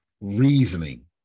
reasoning